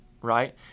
right